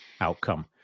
outcome